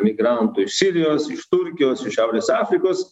migrantų iš sirijos iš turkijos iš šiaurės afrikos